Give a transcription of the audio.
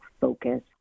focus